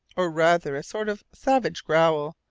or rather a sort of savage growl,